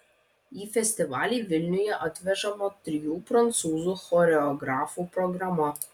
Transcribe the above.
į festivalį vilniuje atvežama trijų prancūzų choreografų programa